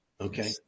Okay